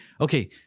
Okay